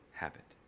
habit